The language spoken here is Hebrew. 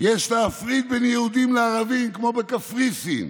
"יש להפריד בין יהודים לערבים כמו בקפריסין".